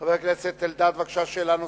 חבר הכנסת אלדד, בבקשה, שאלה נוספת.